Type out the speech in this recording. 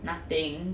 nothing